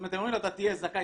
הם אומרים לו: אתה תהיה זכאי,